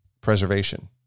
preservation